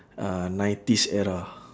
uh nineties era